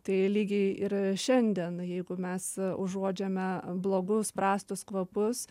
tai lygiai ir šiandien jeigu mes užuodžiame blogus prastus kvapus